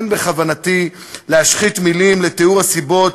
אין בכוונתי להשחית מילים על תיאור הסיבות